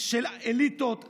של אליטות עשירות,